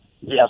yes